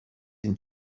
این